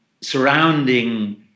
surrounding